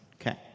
Okay